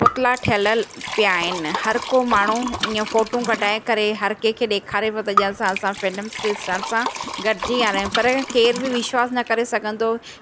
पुतला ठहियलु पिया आहिनि हर को माण्हू ईअं फ़ोटू कढाए करे हर कंहिंखे ॾेखारे पियो थो त असां फिल्म स्टार सां गॾजी आहे रहिया आहियूं पर केरु बि विश्वासु न करे सघंदो